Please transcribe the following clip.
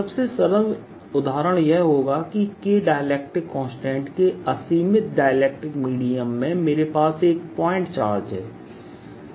सबसे सरल उदाहरण यह होगा कि K डाइलेक्ट्रिक कांस्टेंट के असीमित डायलेक्टिक मीडियम में मेरे पास एक पॉइंट चार्ज है